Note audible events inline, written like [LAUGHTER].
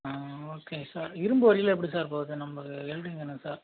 ஆ okay sir இரும்பு [UNINTELLIGIBLE] எல்லாம் எப்படி சார் போகுது நமக்கு வெல்டிங் வேணும் சார்